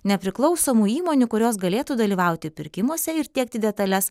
nepriklausomų įmonių kurios galėtų dalyvauti pirkimuose ir tiekti detales